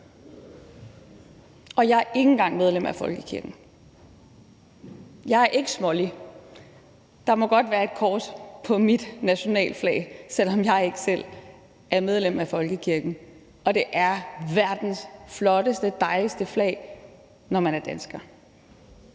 og jeg er ikke engang medlem af folkekirken. Jeg er ikke smålig – der må godt være et kors på mit nationalflag, selv om jeg ikke er medlem af folkekirken. Det er verdens flotteste og dejligste flag, når man er dansker.